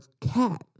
cat